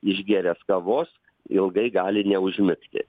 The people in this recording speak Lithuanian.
išgėręs kavos ilgai gali neužmigti